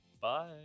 Bye